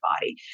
body